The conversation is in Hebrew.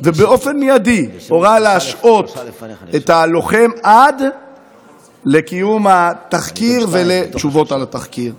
ובאופן מיידי הורה להשעות את הלוחם עד לקיום התחקיר ולתשובות על התחקיר.